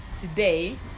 Today